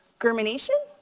germination?